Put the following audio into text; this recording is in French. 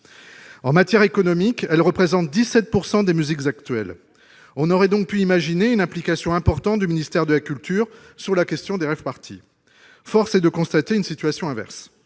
En matière économique, elles représentent 17 % des musiques actuelles. On aurait donc pu imaginer une implication importante du ministère de la culture sur la question des raves-parties. Force est de constater une situation inverse.